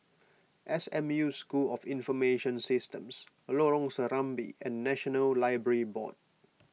S M U School of Information Systems Lorong Serambi and National Library Board